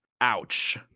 Ouch